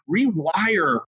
rewire